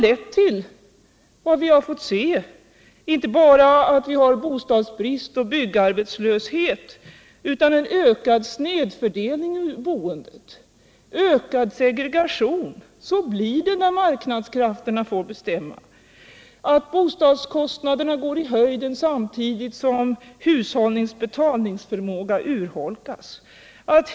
Det har då lett till bostadsbrist och byggarbetslöshet, en ökad snedfördelning i boendet, ökad segregation och utslagning. Så blir det när marknadskrafterna får bestämma. Bostadskostnaderna går i höjden samtidigt som hushållens betalningsförmåga urholkas.